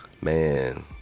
Man